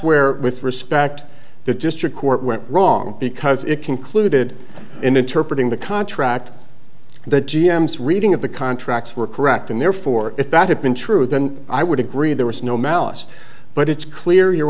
where with respect the district court went wrong because it concluded in interpreting the contract that g m s reading of the contracts were correct and therefore if that had been true then i would agree there was no malice but it's clear your